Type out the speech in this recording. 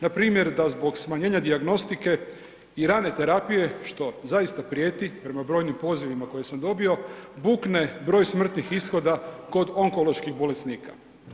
Npr. da zbog smanjenja dijagnostike i rane terapije što zaista prijeti prema brojnim pozivima koje sam dobio, bukne broj smrtnih ishoda kod onkoloških bolesnika.